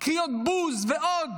קריאות בוז ועוד.